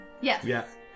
Yes